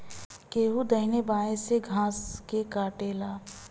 केहू दहिने बाए से घास के काटेला